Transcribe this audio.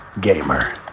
gamer